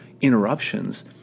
interruptions